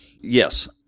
Yes